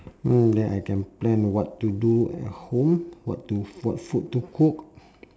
mm then I can plan what to do at home what to what food to cook